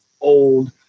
old